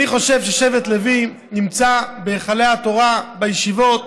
אני חושב ששבט לוי נמצא בהיכלי התורה, בישיבות,